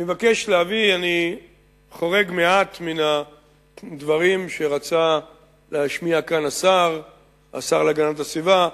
אני חורג מעט מהדברים שרצה להשמיע כאן השר להגנת הסביבה,